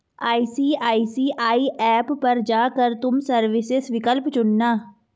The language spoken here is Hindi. आई.सी.आई.सी.आई ऐप पर जा कर तुम सर्विसेस विकल्प चुनना